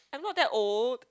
I'm not that old